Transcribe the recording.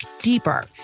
deeper